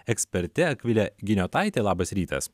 eksperte akvile giniotaite labas rytas